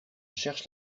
cherche